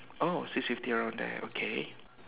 oh six fifty around there okay